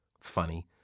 Funny